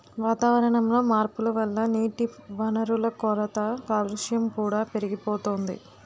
వాతావరణంలో మార్పుల వల్ల నీటివనరుల కొరత, కాలుష్యం కూడా పెరిగిపోతోంది